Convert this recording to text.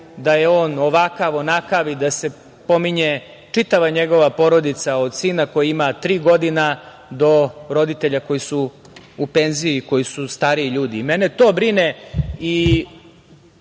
da je on ovakav, onakav i da se pominje čitava njegova porodica, od sina koji ima tri godine, do roditelja koji su u penziji, koji su stariji ljudi. Mene to brine i